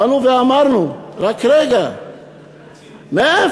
באנו ואמרנו: רק רגע, מאיפה?